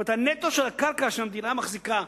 נטו קרקע שהמדינה מחזיקה,